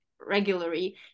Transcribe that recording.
regularly